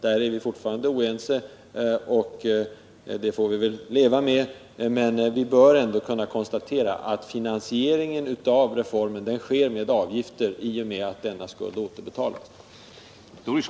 Där är vi fortfarande oense, och det får vi väl leva med. Men det bör ändå kunna konstateras, att finansieringen av reformen sker med avgifter i och med att denna skuld återbetalas.